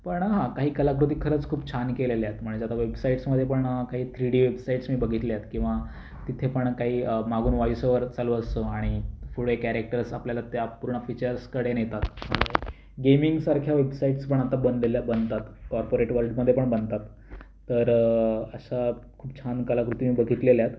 पण हं काही कलाकृती खरंच खूप छान केलेल्या आहेत म्हणजे आता वेबसाईटसमध्ये पण काही थ्री डी वेबसाईट्स मी बघितल्या आहेत किंवा तिथे पण काही मागून व्हॉइस ओव्हर चालू असतो आणि पुढे कॅरेक्टर्स आपल्याला त्या पूर्ण फीचर्सकडे नेतात गेमिंगसारख्या वेबसाईट्स पण आता बनलेल्या बनतात कॉर्पोरेट वर्ल्डमध्ये पण बनतात तर अशा खूप छान कलाकृती मी बघितलेल्या आहेत